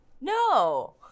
No